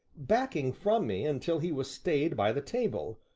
backing from me until he was stayed by the table,